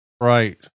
Right